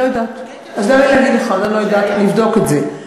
אני לא יודעת להגיד לך, נבדוק את זה.